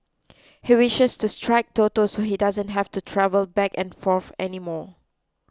he wishes to strike Toto so he doesn't have to travel back and forth anymore